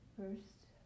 First